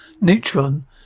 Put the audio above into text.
Neutron